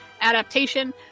adaptation